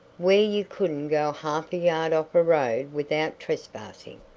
where you couldn't go half a yard off a road without trespassing.